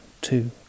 two